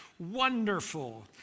Wonderful